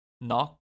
Knock